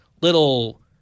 little